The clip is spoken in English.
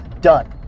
done